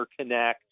interconnect